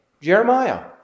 Jeremiah